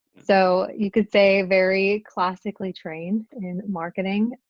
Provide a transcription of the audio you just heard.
so you could say very classically trained in marketing.